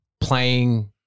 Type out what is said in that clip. Playing